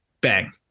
Bang